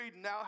now